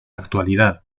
actualidad